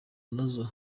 nazo